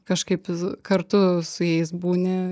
kažkaip kartu su jais būni